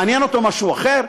מעניין אותו משהו אחר?